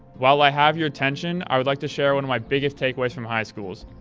while i have your attention, i would like to share one of my biggest takeaways from high school.